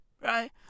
Right